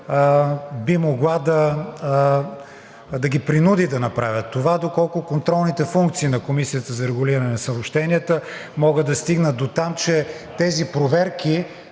би могла да ги принуди да направят това, доколко контролните функции на Комисията за регулиране на съобщенията могат да стигнат дотам, че тези проверки